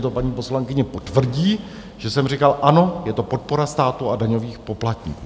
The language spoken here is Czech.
A určitě to paní poslankyně potvrdí, že jsem říkal, ano, je to podpora státu a daňových poplatníků.